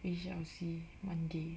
we shall see Monday